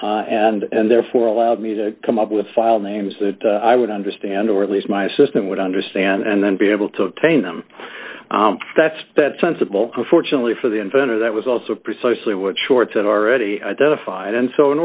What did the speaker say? me and therefore allowed me to come up with file names that i would understand or at least my system would understand and then be able to obtain them that's that sensible fortunately for the inventor that was also precisely what shorts it already identified and so in